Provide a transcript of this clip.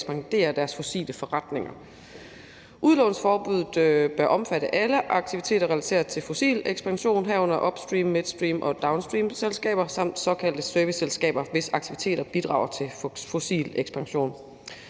deres fossile forretninger. Udlånsforbuddet bør omfatte alle aktiviteter relateret til fossil ekspansion, herunder upstream-, midstream- og downstreamselskaber samt såkaldte serviceselskaber, hvis aktiviteter bidrager til fossil ekspansion.